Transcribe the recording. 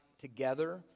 together